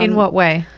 and what way?